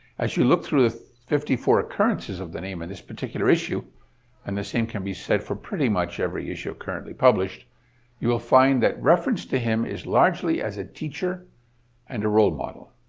as you look through the fifty four occurrences of his name in this particular issue and the same can be said for pretty much every issue currently published you will find that reference to him is largely as a teacher and a role model.